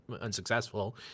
unsuccessful